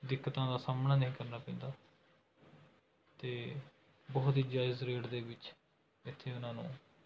ਦਿੱਕਤਾਂ ਦਾ ਸਾਹਮਣਾ ਨਹੀਂ ਕਰਨਾ ਪੈਂਦਾ ਅਤੇ ਬਹੁਤ ਹੀ ਜਾਇਜ਼ ਰੇਟ ਦੇ ਵਿੱਚ ਇੱਥੇ ਉਨ੍ਹਾਂ ਨੂੰ